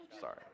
sorry